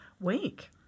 week